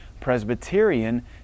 Presbyterian